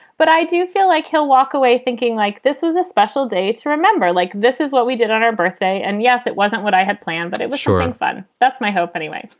but i do feel like he'll walk away thinking like this was a special day to remember, like this is what we did on our birthday and yes, it wasn't what i had planned, but it was sure fun. that's my hope anyway.